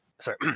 Sorry